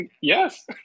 yes